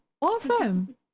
Awesome